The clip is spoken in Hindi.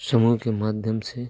समूह के माध्यम से